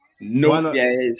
Nope